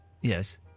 Yes